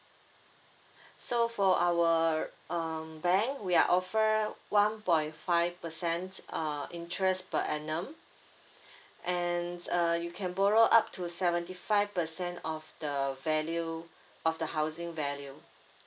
so for our um bank we are offer one point five percent uh interest per annum and uh you can borrow up to seventy five percent of the value of the housing value